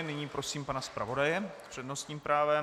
Nyní prosím pana zpravodaje s přednostním právem.